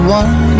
one